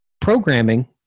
programming